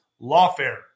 lawfare